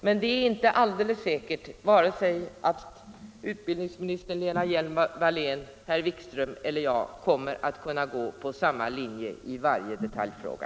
Men det är inte alldeles säkert att statsrådet Lena Hjelm-Wallén, herr Wikström och jag kommer att gå på samma linje i varje detaljfråga.